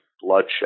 bloodshed